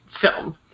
film